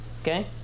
Okay